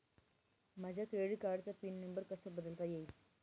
माझ्या क्रेडिट कार्डचा pin number कसा बदलता येईल?